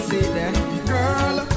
Girl